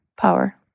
power